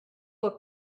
will